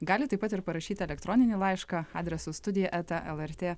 galit taip pat ir parašyti elektroninį laišką adresu studija eta el er tė